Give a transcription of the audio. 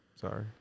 sorry